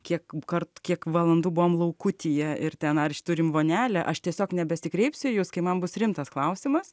kiek kart kiek valandų buvom laukutyje ir ten ar iš turim vonelę aš tiesiog nebesikreipsiu į jus kai man bus rimtas klausimas